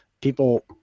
people